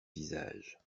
visages